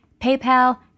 PayPal